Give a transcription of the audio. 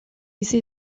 bizi